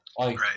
Right